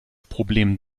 problem